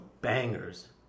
bangers